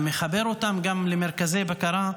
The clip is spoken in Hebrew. ומחבר אותם גם למרכזי בקרה,